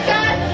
God